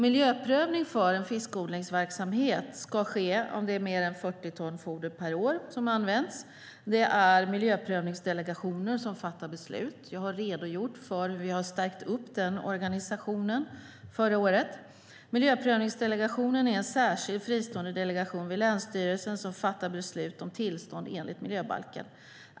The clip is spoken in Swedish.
Miljöprövning vid en fiskodlingsverksamhet ska ske om det är mer än 40 ton foder per år som används. Det är miljöprövningsdelegationen som fattar beslut. Jag har redogjort för hur vi förra året förstärkte den organisationen. Miljöprövningsdelegationen är en särskild, fristående delegation vid länsstyrelsen som fattar beslut om tillstånd enligt miljöbalken.